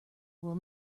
will